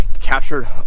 captured